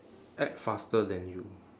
act faster than you